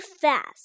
fast